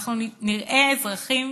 נראה אזרחים